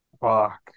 fuck